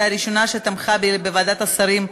שהיא הראשונה שתמכה בי בוועדת השרים,